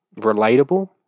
relatable